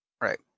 Right